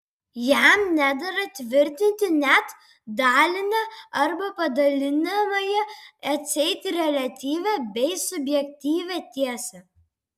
jam nedera tvirtinti net dalinę arba padalinamąją atseit reliatyvią bei subjektyvią tiesą